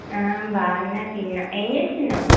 బాగున్నా తిన్న ఏమి చేస్తున్నావు